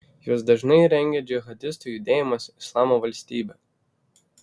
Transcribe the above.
juos dažnai rengia džihadistų judėjimas islamo valstybė